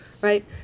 right